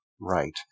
right